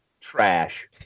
trash